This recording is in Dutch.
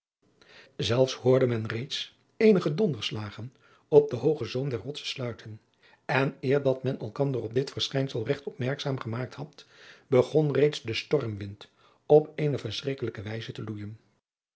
zelfs hoorde men reeds eenige donderslagen op den hoogen zoom der rotsen sluiten en eer dat men elkander op dit verschijnsel regt opmerkzaam gemaakt had begon reeds de stormwind op eene verschrikkelijke wijze te loeijen